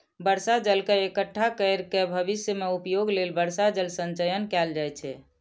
बर्षा जल के इकट्ठा कैर के भविष्य मे उपयोग लेल वर्षा जल संचयन कैल जाइ छै